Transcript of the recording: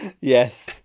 Yes